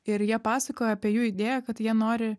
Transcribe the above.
ir jie pasakoja apie jų idėją kad jie nori